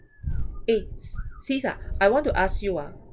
eh s~ sis ah I want to ask you ah